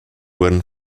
wurden